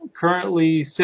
currently